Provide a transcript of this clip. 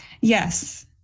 yes